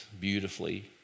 beautifully